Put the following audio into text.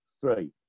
three